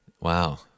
Wow